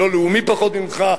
לא לאומי פחות ממך,